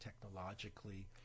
technologically